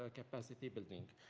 capacity building.